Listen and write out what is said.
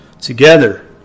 together